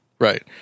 right